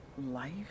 life